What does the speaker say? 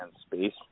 space